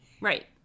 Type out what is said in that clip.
Right